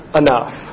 enough